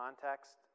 context